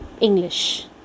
English